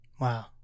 Wow